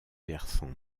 versant